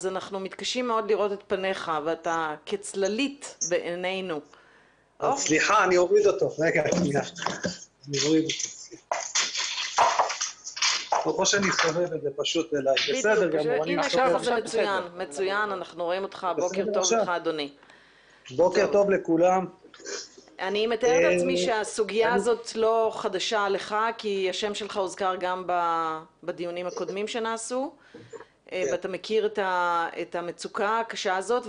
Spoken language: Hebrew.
ואתה מכיר את המצוקה הקשה הזאת.